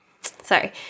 sorry